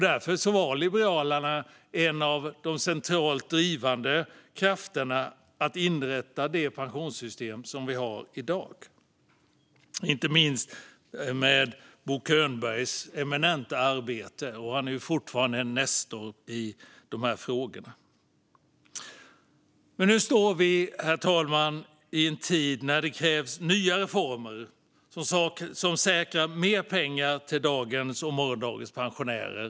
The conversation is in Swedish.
Därför var Liberalerna en centralt drivande kraft för att inrätta dagens pensionssystem. Det gjordes inte minst genom Bo Könbergs eminenta arbete. Han är fortfarande en nestor i dessa frågor. Nu befinner vi oss i en tid, herr talman, då det krävs nya reformer som säkrar mer pengar i pensionskuvertet till dagens och morgondagens pensionärer.